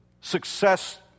success